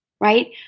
right